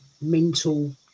mental